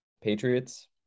patriots